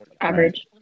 Average